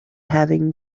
having